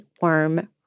worm